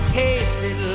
tasted